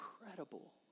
incredible